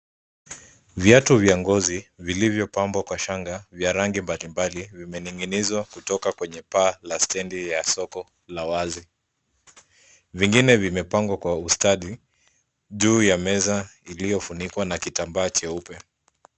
Viatu vya ngozi vilivyopambwa kwa shanga vya rangi mbalimbali vimening'inizwa kutoka kwenye paa ya stedi soko la wazi. Vingine vimepangwa kwa ustadi juu ya meza iliyofunikwa na kitambaa cheupe.